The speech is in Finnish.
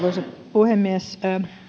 puhemies se sävy millä